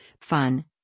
fun